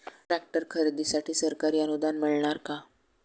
Tractor खरेदीसाठी सरकारी अनुदान मिळणार का?